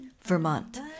Vermont